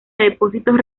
depósitos